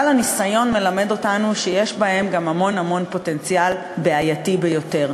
אבל הניסיון מלמד אותנו שיש בהם גם המון המון פוטנציאל בעייתי ביותר.